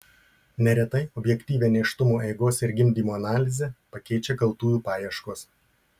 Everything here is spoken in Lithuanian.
neretai objektyvią nėštumo eigos ir gimdymo analizę pakeičia kaltųjų paieškos